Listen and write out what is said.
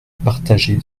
partagé